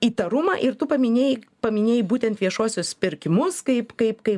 įtarumą ir tu paminėjai paminėjai būtent viešuosius pirkimus kaip kaip kai